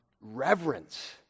reverence